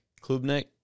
Klubnik